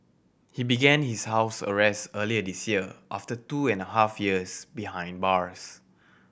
he began his house arrest earlier this year after two and a half years behind bars